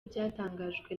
byatangajwe